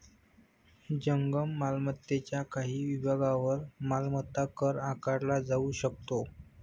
जंगम मालमत्तेच्या काही विभागांवर मालमत्ता कर आकारला जाऊ शकतो